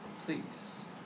please